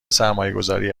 سرمایهگذاری